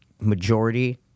majority